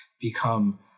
become